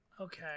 okay